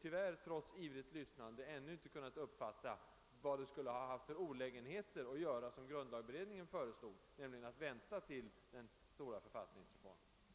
Tyvärr har jag, trots ivrigt lyssnande, ännu inte kunnat uppfatta något svar på frågan vilka olägenheter det skulle ha medfört att göra som <:grundlagberedningen «föreslagit, nämligen att vänta tills den stora författningsreformen skall genomföras.